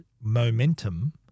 momentum